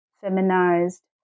feminized